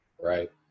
right